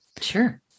Sure